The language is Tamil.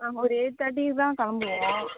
நாங்கள் ஒரு எயிட் தேர்ட்டிக்கு தான் கிளம்புவோம்